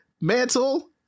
mantle